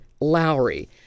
Lowry